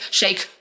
shake